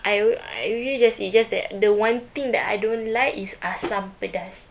I I usually just eat just that the one thing that I don't like is asam pedas